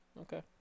Okay